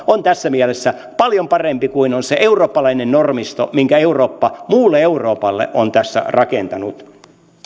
on tässä mielessä paljon parempi kuin on se eurooppalainen normisto minkä eurooppa muulle euroopalle on tässä rakentanut